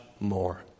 more